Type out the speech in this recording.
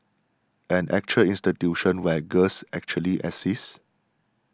an actual institution where girls actually exist